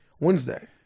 Wednesday